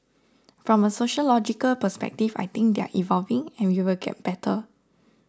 from a sociological perspective I think they are evolving and we will get better